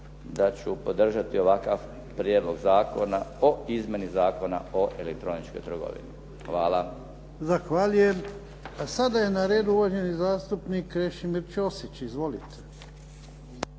da ću podržati ovakav Prijedlog zakona o izmjeni Zakona o elektroničkoj trgovini. Hvala. **Jarnjak, Ivan (HDZ)** Zahvaljujem. Sada je na redu uvaženi zastupnik Krešimir Ćosić. Izvolite.